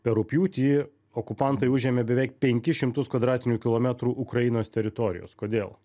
per rugpjūtį okupantai užėmė beveik penkis šimtus kvadratinių kilometrų ukrainos teritorijos kodėl